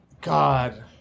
God